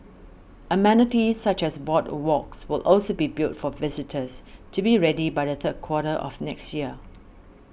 amenities such as boardwalks will also be built for visitors to be ready by the third quarter of next year